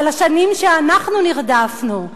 על השנים שאנחנו נרדפנו.